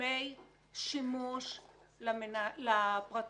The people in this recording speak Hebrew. דמי שימוש לפרטיים.